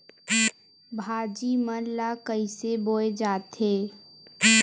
भाजी मन ला कइसे बोए जाथे?